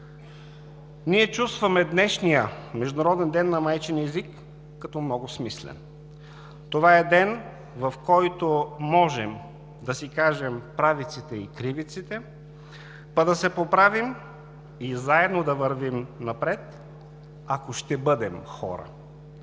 ние чувстваме днешния Международен ден на майчиния език като много смислен. Това е ден, в който можем да си кажем „правиците и кривиците, па да се поправим“ и заедно да вървим напред, ако ще бъдем хора.